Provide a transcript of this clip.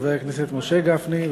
חבר הכנסת משה גפני,